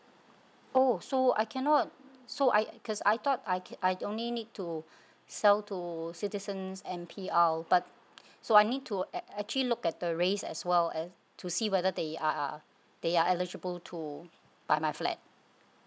oh so I cannot so I cause I thought I can I only need to sell to citizens and P_R but so I need to ac~ actually look at the race as well and to see whether they are they are eligible to buy my flat